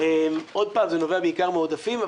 זה נובע בעיקר מעודפים.